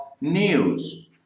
news